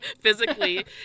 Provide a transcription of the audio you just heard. physically